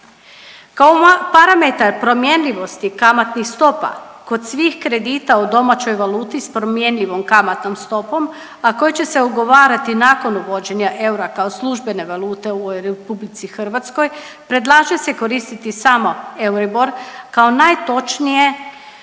Kao parametar promjenjivosti kamatnih stopa kod svih kredita u domaćoj valuti s promjenjivom kamatnom stopom, a koje će se ugovarati nakon uvođenja eura kao službene valute u RH, predlaže se koristiti samo Euribor kao najtočnije,